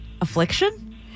Affliction